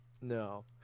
No